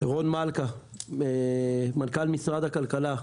רון מלכה מנכ"ל משרד הכלכלה,